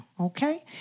Okay